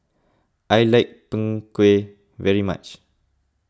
I like Png Kueh very much